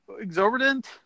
exorbitant